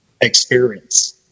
experience